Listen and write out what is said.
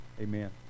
Amen